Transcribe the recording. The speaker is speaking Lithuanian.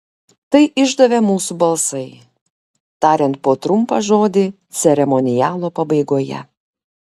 tai išdavė mūsų balsai tariant po trumpą žodį ceremonialo pabaigoje